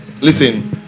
Listen